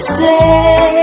say